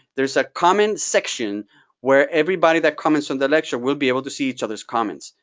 there's a comment section where everybody that comments on the lecture will be able to see each other's comments.